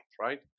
right